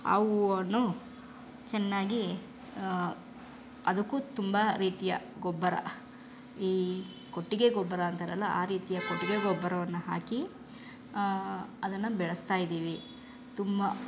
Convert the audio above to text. ಆ ಹೂವನ್ನು ಚೆನ್ನಾಗಿ ಅದಕ್ಕೂ ತುಂಬ ರೀತಿಯ ಗೊಬ್ಬರ ಈ ಕೊಟ್ಟಿಗೆ ಗೊಬ್ಬರ ಅಂತಾರಲ್ಲ ಆ ರೀತಿಯ ಕೊಟ್ಟಿಗೆ ಗೊಬ್ಬರವನ್ನು ಹಾಕಿ ಅದನ್ನು ಬೆಳೆಸ್ತಾ ಇದ್ದೀವಿ ತುಂಬ